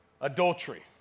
adultery